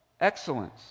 Excellence